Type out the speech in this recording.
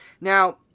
Now